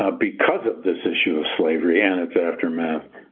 ah because of this issue of slavery and its aftermath,